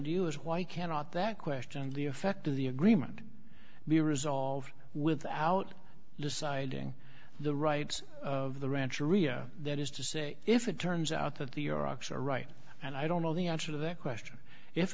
is why you cannot that question the effect of the agreement be resolved without deciding the rights of the ranch area that is to say if it turns out that the iraq's are right and i don't know the answer to that question if